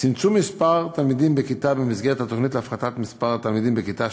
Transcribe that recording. צמצום מספר התלמידים בכיתה במסגרת התוכנית להפחתת מספר התלמידים בכיתה,